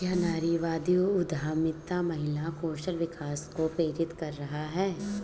क्या नारीवादी उद्यमिता महिला कौशल विकास को प्रेरित कर रहा है?